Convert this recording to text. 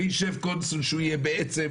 רק ישב קונסול שיהיה יותר